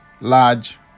large